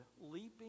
leaping